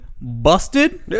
busted